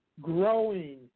growing